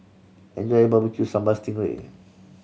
enjoy your Barbecue Sambal sting ray